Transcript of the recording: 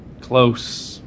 Close